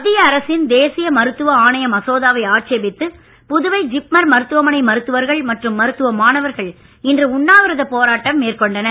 மத்திய அரச்சின் தேசிய மருத்துவ ஆணைய மசோதாவை ஆட்சேபித்து புதுவை ஜிப்மர் மருத்துவமனை மருத்துவர்கள் மற்றும் மருத்துவ மாணவர்கள் இன்று உண்ணாவிரதப் போராட்டம் மேற்கொண்டனர்